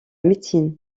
médecine